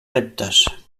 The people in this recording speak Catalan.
reptes